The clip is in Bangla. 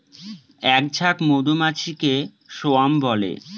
এক ঝাঁক মধুমাছিকে স্বোয়াম বলে